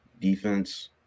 defense